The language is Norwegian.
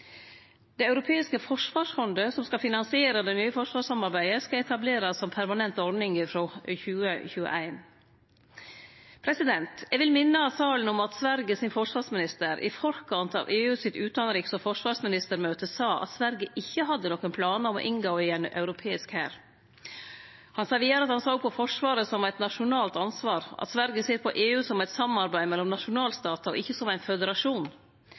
Det europeiske forsvarsfondet, som skal finansiere det nye forsvarssamarbeidet, skal etablerast som permanent ordning frå 2021. Eg vil minne salen om at Sveriges forsvarsminister i forkant av EUs utanriks- og forsvarsministermøte sa at Sverige ikkje hadde nokon planar om å inngå i ein europeisk hær. Han sa vidare at han såg på forsvaret som eit nasjonalt ansvar, at Sverige ser på EU som eit samarbeid mellom nasjonalstatar og ikkje som ein